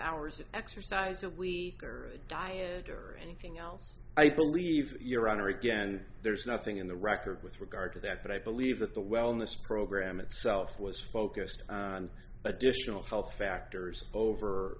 hours of exercise that we are diet or anything else i believe your honor again there's nothing in the record with regard to that but i believe that the wellness program itself was focused on additional health factors over